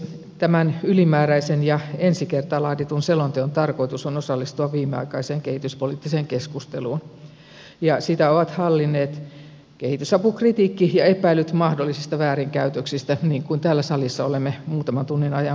tämän ylimääräisen ja ensi kertaa laaditun selonteon tarkoitus on osallistua viimeaikaiseen kehityspoliittiseen keskusteluun ja sitä ovat hallinneet kehitysapukritiikki ja epäilyt mahdollista väärinkäytöksistä niin kuin täällä salissa olemme muutaman tunnin ajan kuulleet